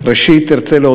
תודה רבה.